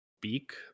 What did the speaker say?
beak